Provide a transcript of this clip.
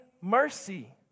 mercy